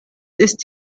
ist